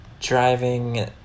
driving